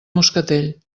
moscatell